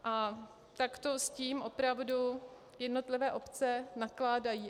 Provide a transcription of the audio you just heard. A takto s tím opravdu jednotlivé obce nakládají.